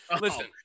Listen